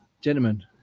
Gentlemen